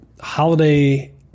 holiday